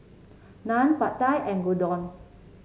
Naan Pad Thai and Gyudon